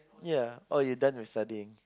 ya oh you done with studying